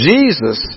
Jesus